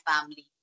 family